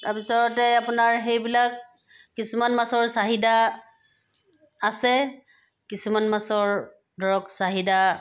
তাৰপিছতেই আপোনাৰ সেইবিলাক কিছুমান মাছৰ চাহিদা আছে কিছুমান মাছৰ ধৰক চাহিদা